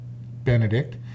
benedict